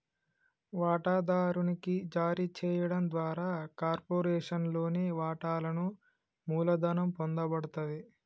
వాటాదారునికి జారీ చేయడం ద్వారా కార్పొరేషన్లోని వాటాలను మూలధనం పొందబడతది